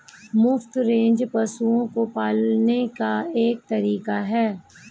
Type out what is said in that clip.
मुफ्त रेंज पशुओं को पालने का एक तरीका है